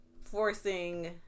forcing